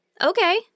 Okay